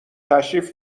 تشریف